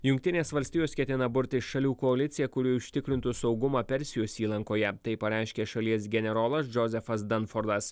jungtinės valstijos ketina burti šalių koaliciją kuri užtikrintų saugumą persijos įlankoje taip pareiškė šalies generolas džozefas danfordas